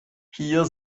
hier